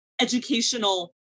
educational